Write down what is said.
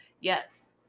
Yes